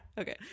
Okay